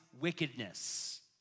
wickedness